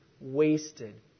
Wasted